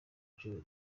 cumi